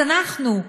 אז אנחנו,